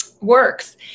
Works